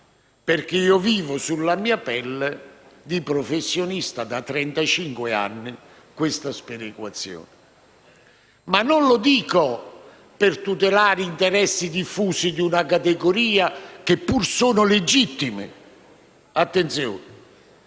perché vivo sulla mia pelle di professionista, da trentacinque anni, questa sperequazione. Dico questo non per tutelare interessi diffusi di una categoria, che pure sono legittimi. Attenzione.